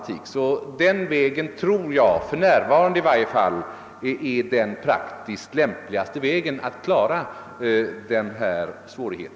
Detta tror jag i varje fall för närvarande är den praktiskt lämpligaste vägen att klara denna svårighet.